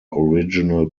original